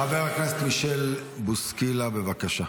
חבר הכנסת מישל בוסקילה, בבקשה.